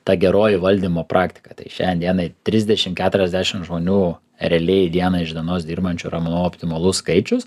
ta geroji valdymo praktika tai šiandien dienai trisdešim keturiasdešim žmonių realiai diena iš dienos dirbančių yra manau optimalus skaičius